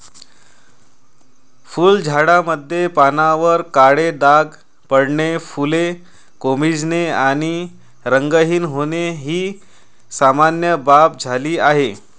फुलझाडांमध्ये पानांवर काळे डाग पडणे, फुले कोमेजणे आणि रंगहीन होणे ही सामान्य बाब झाली आहे